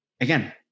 again